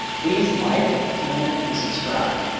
please like, comment and subscribe.